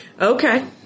Okay